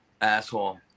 asshole